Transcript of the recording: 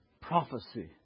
prophecy